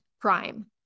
prime